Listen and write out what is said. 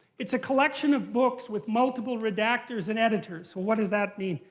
it's a collection of books with multiple redactors and editors. well, what does that mean?